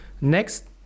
Next